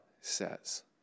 says